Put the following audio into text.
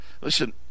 listen